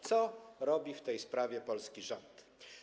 Co robi w tej sprawie polski rząd?